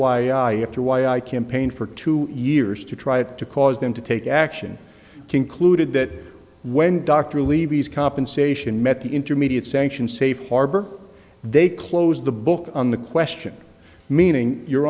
i have to why i campaigned for two years to try to cause them to take action concluded that when dr levy's compensation met the intermediate sanction safe harbor they closed the book on the question meaning your